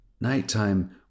Nighttime